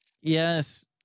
Yes